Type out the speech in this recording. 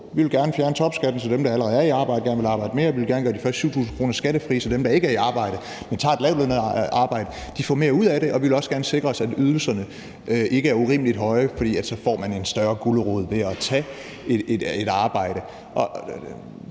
Vi vil gerne fjerne topskatten, så dem, der allerede er i arbejde, gerne vil arbejde mere, og vi vil gerne gøre de første 7.000 kr. skattefrie, så dem, der ikke er i arbejde, men tager et lavtlønnet arbejde, får mere ud af det, og vi vil også gerne sikre os, at ydelserne ikke er urimelig høje, for så får man en større gulerod ved at tage et arbejde,